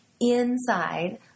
inside